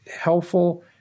helpful